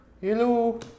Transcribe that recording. Hello